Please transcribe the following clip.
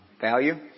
Value